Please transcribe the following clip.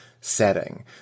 setting